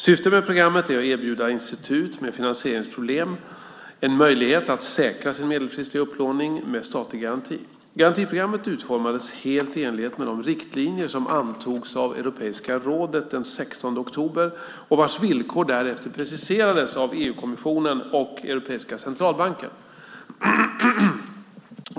Syftet med programmet är att erbjuda institut med finansieringsproblem en möjlighet att säkra sin medelfristiga upplåning med statlig garanti. Garantiprogrammet utformades helt i enlighet med de riktlinjer som antogs av Europeiska rådet den 16 oktober och vars villkor därefter preciserades av EU-kommissionen och Europeiska centralbanken.